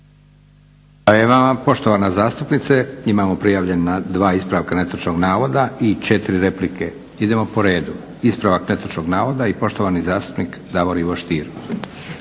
i vama poštovana zastupnice. Imamo prijavljena dva ispravka netočnog navoda i 4 replike. Idemo po redu ispravak netočnog navoda i poštovani zastupnik Davor Ivo Stier.